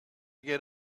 get